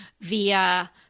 via